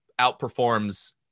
outperforms